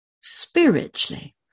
Spiritually